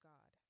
God